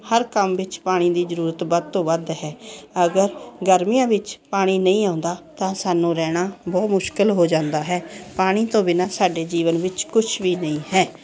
ਹਰ ਕੰਮ ਵਿੱਚ ਪਾਣੀ ਦੀ ਜ਼ਰੂਰਤ ਵੱਧ ਤੋਂ ਵੱਧ ਹੈ ਅਗਰ ਗਰਮੀਆਂ ਵਿੱਚ ਪਾਣੀ ਨਹੀਂ ਆਉਂਦਾ ਤਾਂ ਸਾਨੂੰ ਰਹਿਣਾ ਬਹੁਤ ਮੁਸ਼ਕਲ ਹੋ ਜਾਂਦਾ ਹੈ ਪਾਣੀ ਤੋਂ ਬਿਨਾਂ ਸਾਡੇ ਜੀਵਨ ਵਿੱਚ ਕੁਛ ਵੀ ਨਹੀਂ ਹੈ